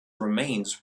remains